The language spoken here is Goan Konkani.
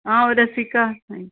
हांव रसिका नाईक